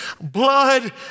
blood